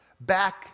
back